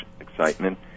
excitement